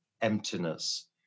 emptiness